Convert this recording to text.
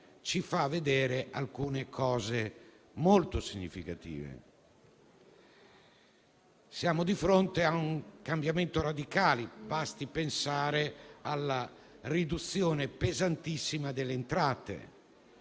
fa emergere alcune cose molto significative. Siamo di fronte a un cambiamento radicale, basti pensare alla riduzione pesantissima delle entrate,